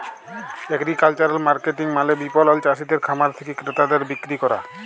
agricultural marketing মালে বিপণল চাসিদের খামার থেক্যে ক্রেতাদের বিক্রি ক্যরা